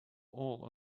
all